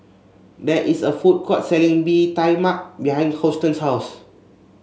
there is a food court selling Bee Tai Mak behind Houston's house